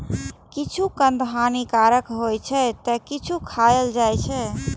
किछु कंद हानिकारक होइ छै, ते किछु खायल जाइ छै